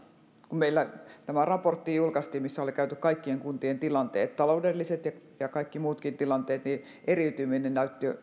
kun meillä julkaistiin tämä raportti missä oltiin käyty kaikkien kuntien tilanteet taloudelliset ja ja kaikki muutkin tilanteet niin eriytyminen näytti olevan